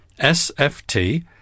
sft